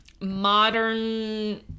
modern